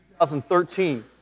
2013